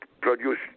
produce